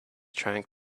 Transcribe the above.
trying